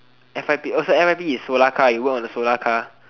f_y_p oh so f_y_p is solar car you work on the solar car